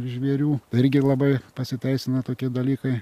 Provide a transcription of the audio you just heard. žvėrių irgi labai pasiteisina tokie dalykai